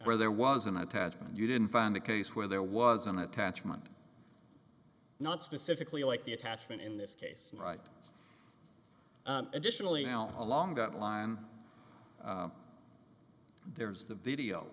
where there was an attachment you didn't find a case where there was an attachment not specifically like the attachment in this case right additionally now along that line there was the video